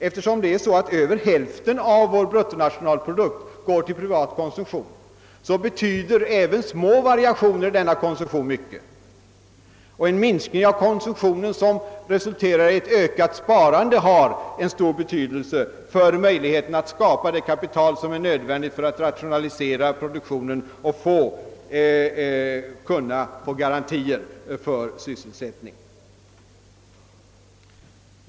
Eftersom över hälften av vår bruttonationalprodukt går till privat konsumtion, betyder även små variationer i denna konsumtion mycket. En minskad konsumtion som resulterar i ett ökat sparande har stor betydelse för möjligheterna att skapa det kapital som är nödvändigt för att rationalisera produktionen och därmed få garantier för sysselsättningen.